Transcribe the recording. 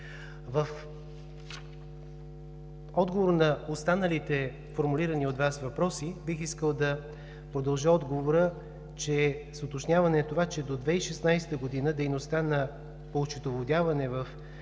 В отговор на останалите формулирани от Вас въпроси, бих искал да продължа отговора с уточняване на това, че до 2016 г. дейността по осчетоводяване в